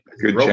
good